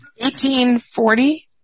1840